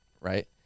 right